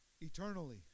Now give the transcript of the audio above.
eternally